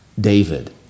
David